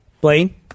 Blaine